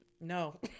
No